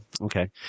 Okay